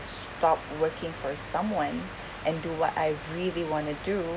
stop working for someone and do what I really want to do